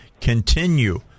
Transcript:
continue